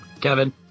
Kevin